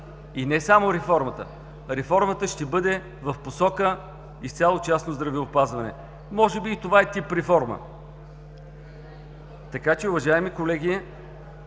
И не само реформата – реформата ще бъде в посока изцяло частно здравеопазване. Може би и това е тип реформа. Така че, уважаеми колеги,